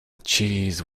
cheese